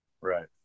right